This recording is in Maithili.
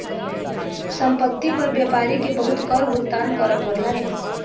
संपत्ति पर व्यापारी के बहुत कर भुगतान करअ पड़लैन